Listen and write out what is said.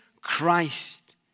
Christ